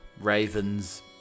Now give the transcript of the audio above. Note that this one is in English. ravens